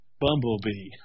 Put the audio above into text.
Bumblebee